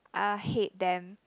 ah hate them